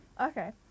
Okay